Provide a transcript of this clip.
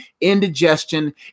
indigestion